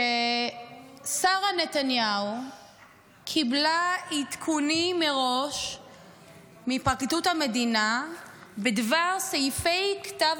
ששרה נתניהו קיבלה עדכונים מראש מפרקליטות המדינה בדבר סעיפי כתב